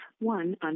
one